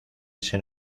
ese